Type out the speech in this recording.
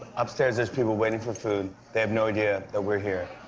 upstairs, there's people waiting for food. they have no idea that we're here.